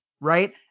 right